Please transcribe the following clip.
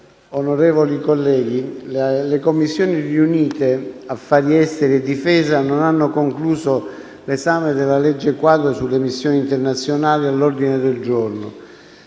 Onorevoli colleghi, le Commissione riunite affari esteri e difesa non hanno concluso l'esame della legge quadro sulle missioni internazionali all'ordine del giorno.